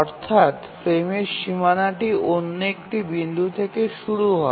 অর্থাৎ ফ্রেমের সীমানাটি একটি বিন্দু থেকে শুরু করা হয়